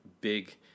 big